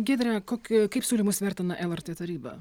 giedre kokį kaip siūlymus vertina lrt taryba